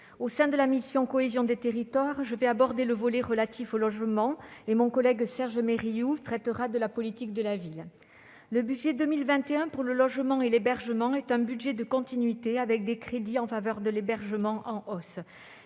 au sein de la mission « Cohésion des territoires », j'aborderai le volet relatif au logement et mon collègue Serge Mérillou traitera de la politique de la ville. Le budget de 2021 pour le logement et l'hébergement est un budget de continuité, avec des crédits en faveur de l'hébergement en hausse.